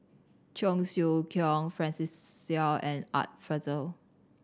Cheong Siew Keong Francis Seow and Art Fazil